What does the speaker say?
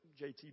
JT